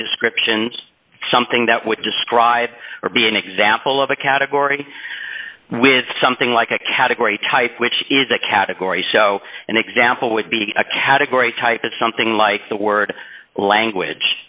descriptions something that would describe or be an example of a category with something like a category type which is a category so an example would be a category type of something like the word language